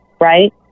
right